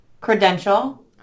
credential